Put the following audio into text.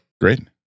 Great